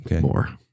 more